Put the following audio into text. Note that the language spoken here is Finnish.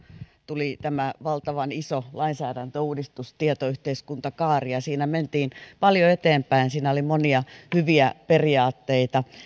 tuli tämä valtavan iso lainsäädäntöuudistus tietoyhteiskuntakaari siinä mentiin paljon eteenpäin siinä oli monia hyviä periaatteita